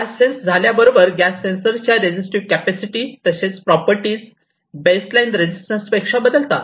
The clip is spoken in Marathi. गॅस सेन्स झाल्याबरोबर गॅस सेन्सर च्या रेसिस्टिव्ह कॅपॅसिटी तसेच प्रॉपर्टीज बेसलाईन रेजिस्टन्स पेक्षा बदलतात